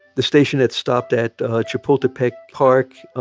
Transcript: the station that stopped at ah chapultepec park,